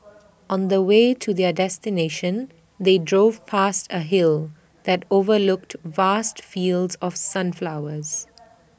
on the way to their destination they drove past A hill that overlooked vast fields of sunflowers